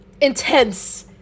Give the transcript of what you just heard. intense